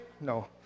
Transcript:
No